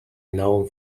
known